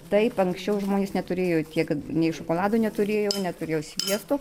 taip anksčiau žmonės neturėjo tiek kad nei šokolado neturėjo neturėjo sviesto